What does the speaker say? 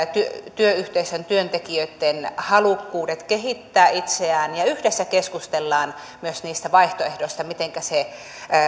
työyhteisön työntekijöitten halukkuudet kehittää itseään ja yhdessä keskustellaan myös niistä vaihtoehdoista mitenkä se